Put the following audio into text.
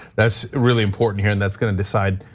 that's really important here and that's gonna decide,